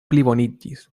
pliboniĝis